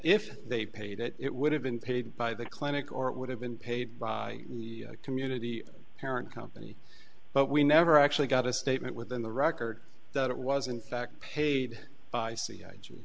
if they paid it would have been paid by the clinic or it would have been paid by the community parent company but we never actually got a statement within the record that it was in fact paid by c